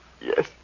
yes